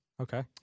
Okay